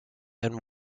and